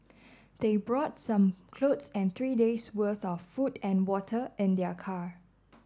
they brought some clothes and three day's worth of food and water in their car